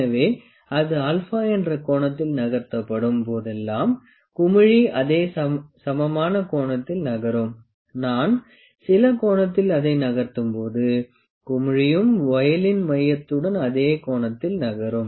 எனவே அது α என்ற கோணத்தில் நகர்த்தப்படும் போதெல்லாம் குமிழி அதே சமமான கோணத்தில் நகரும் நான் சில கோணத்தில் அதை நகர்த்தும் போது குமிழியும் வொயிலின் மையத்துடன் அதே கோணத்தில் நகரும்